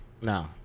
No